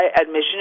Admission